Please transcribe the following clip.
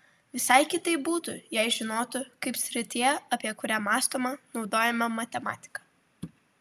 visai kitaip būtų jei žinotų kaip srityje apie kurią mąstoma naudojama matematika